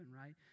right